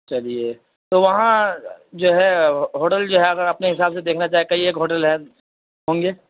چلیے تو وہاں جو ہے ہوٹل جو ہے اگر اپنے حساب سے دیکھنا چاہے کئی ایک ہوٹل ہے ہوں گے